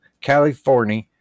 California